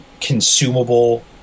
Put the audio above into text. consumable